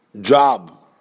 job